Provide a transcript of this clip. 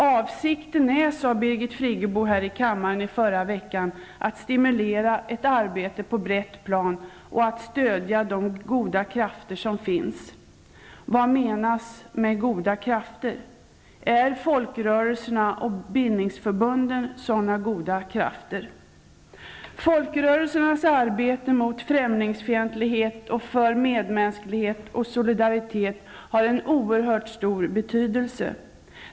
Avsikten är, sade Birgit Friggebo här i kammaren i förra veckan, att stimulera ett arbete på brett plan för att stödja de goda krafter som finns. Vad menas med goda krafter? Är folkrörelserna och bildningsförbunden sådana goda krafter? Folkrörelsernas arbete mot främlingsfientlighet och för medmänsklighet och solidaritet har en oerhört stor betydelse.